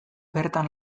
bertan